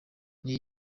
new